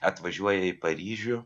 atvažiuoja į paryžių